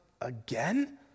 again